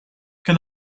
can